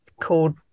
called